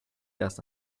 erst